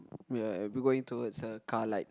we are are we going towards a car like